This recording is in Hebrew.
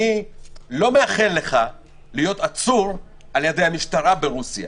אני לא מאחל לך להיות עצור על ידי המשטרה ברוסיה.